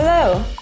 Hello